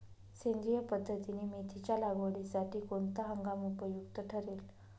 सेंद्रिय पद्धतीने मेथीच्या लागवडीसाठी कोणता हंगाम उपयुक्त ठरेल?